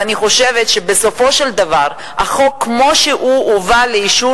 ואני חושבת שבסופו של דבר החוק כמו שהוא הובא לאישור